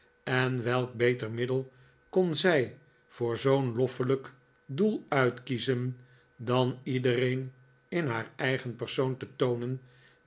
en welk beter middel kon zij voor zoo'n loffelijk doel uitkiezen dan iedereen in haar eigen persoon te toonen